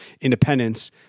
independence